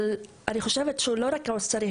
אבל אני חושבת שלא צריך רק עו״ס להט״ב,